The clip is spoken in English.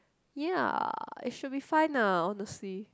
ya it should be fine lah honestly